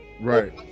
Right